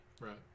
Right